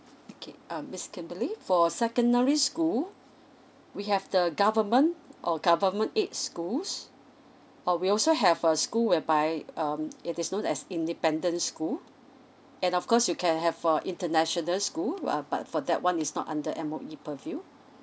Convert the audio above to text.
okay um miss kimberly for secondary school we have the government or government aid schools or we also have a school whereby um it is known as independent school and of course you can have for international school uh but for that one is not under M_O_E